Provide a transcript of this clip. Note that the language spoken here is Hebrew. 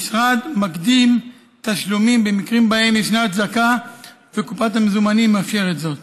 המשרד מקדים תשלומים במקרים שבהם ישנה הצדקה וקופת המזומנים מאפשרת זאת.